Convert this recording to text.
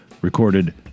recorded